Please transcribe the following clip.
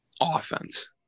offense